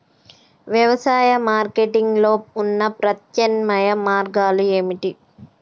వ్యవసాయ మార్కెటింగ్ లో ఉన్న ప్రత్యామ్నాయ మార్గాలు ఏమిటి?